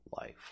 life